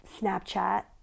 Snapchat